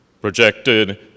Projected